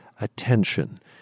attention